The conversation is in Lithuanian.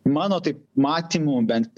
mano taip matymu bent